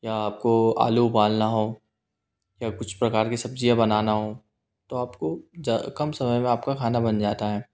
या आपको आलू उबालना हो या कुछ प्रकार के सब्जियाँ बनाना हो तो आपको जा कम समय मे आपका खाना बन जाता है